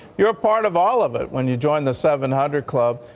you're a part of all of it when you join the seven hundred club.